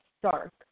stark